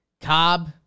Cobb